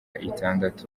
itandatu